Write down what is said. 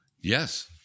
Yes